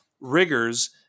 rigors